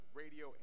radio